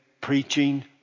preaching